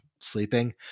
sleeping